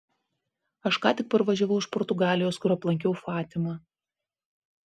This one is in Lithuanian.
aš ką tik parvažiavau iš portugalijos kur aplankiau fatimą